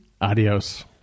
Adios